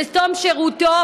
בתום שירותו,